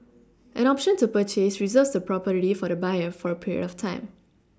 an option to purchase Reserves the property for the buyer for a period of time